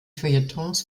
feuilletons